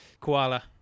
Koala